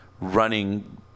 running